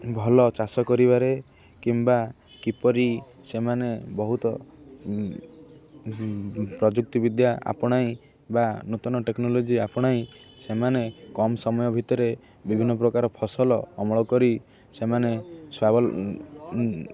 ଭଲ ଚାଷ କରିବାରେ କିମ୍ବା କିପରି ସେମାନେ ବହୁତ ପ୍ରଯୁକ୍ତି ବିଦ୍ୟା ଆପଣାଇ ବା ନୂତନ ଟେକ୍ନୋଲୋଜି ଆପଣାଇ ସେମାନେ କମ୍ ସମୟ ଭିତରେ ବିଭିନ୍ନ ପ୍ରକାର ଫସଲ ଅମଳ କରି ସେମାନେ